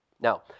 Now